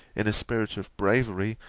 in a spirit of bravery,